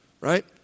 Right